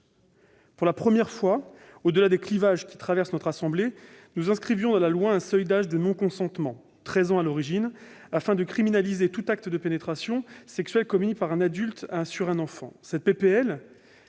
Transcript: Pour la première fois, au-delà des clivages qui traversent notre assemblée, nous inscrivions dans la loi un seuil d'âge de non-consentement, 13 ans à l'origine, afin de criminaliser tout acte de pénétration sexuelle commis par un adulte sur un enfant. Lors de